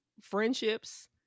friendships